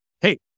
Hey